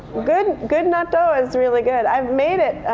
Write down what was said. good good natto is really good. i've made it